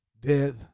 death